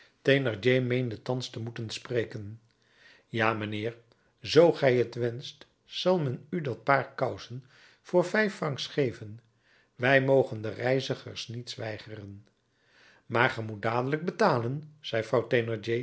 meende thans te moeten spreken ja mijnheer zoo gij t wenscht zal men u dat paar kousen voor vijf francs geven wij mogen den reizigers niets weigeren maar ge moet dadelijk betalen zei